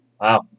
Wow